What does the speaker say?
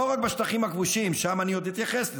לא רק בשטחים הכבושים, שם אני עוד אתייחס לזה,